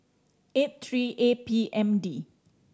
eight three A P M D